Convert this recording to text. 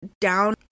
down